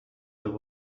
there